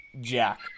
Jack